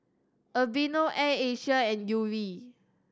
Aveeno Air Asia and Yuri